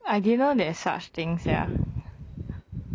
I didn't know there's such things sia